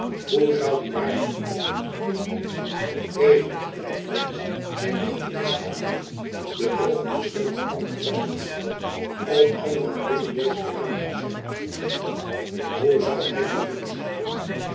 hoe zoû die waardige man indien hy even gelijk thands zijn beeltenis schijnt te doen de oogen bestendig kon gevestigd houden op al wat binnen deze kamer gezegd en gedaan wordt hoe zoû hy te moede zijn